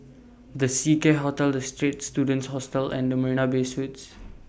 The Seacare Hotel The Straits Students Hostel and The Marina Bay Suites